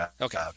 Okay